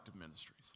ministries